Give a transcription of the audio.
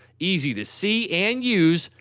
easy to see and use,